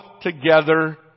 together